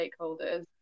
stakeholders